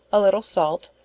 a little salt,